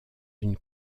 une